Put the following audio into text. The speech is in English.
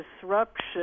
disruption